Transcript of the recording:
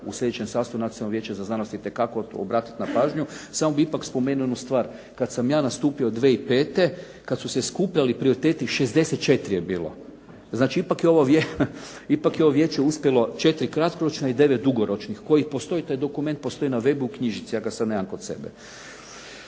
u sljedećem sastavu Nacionalnog vijeća za znanost itekako obratiti na pažnju. Samo bih ipak spomenuo jednu stvar. Kad sam ja nastupio 2005., kad su se skupljali prioriteti 64 je bilo. Znači ipak je ovo vijeće uspjelo 4 kratkoročna i 9 dugoročnih, koji postoji, taj dokument postoji na web-u i u knjižici, ja ga sad nemam kod sebe.